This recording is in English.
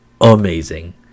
amazing